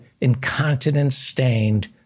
incontinence-stained